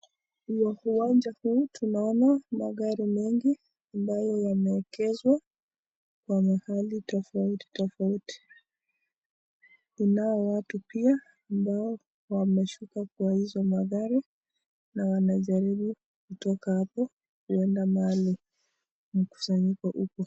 Kwenye uwanja huu tunaona magari mengi ambayo yameegeshwa kwa mahali tofauti tofauti ,kunao watu pia ambao wameshuka kwa hizo magari na wanajaribu kutoka hapo kwenda mahali mukusanyiko upo.